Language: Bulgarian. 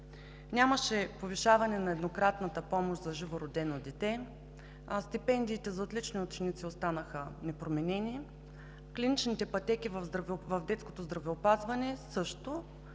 Нямаше повишаване на еднократната помощ за живородено дете, а стипендиите за отлични ученици останаха непроменени. Клиничните пътеки в детското здравеопазване – също,